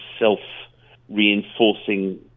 self-reinforcing